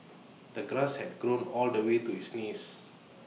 the grass had grown all the way to his knees